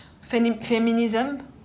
feminism